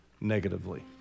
negatively